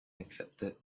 accepted